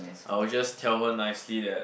I'll just tell her nicely that